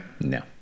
No